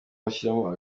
bashyiramo